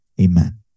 amen